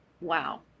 wow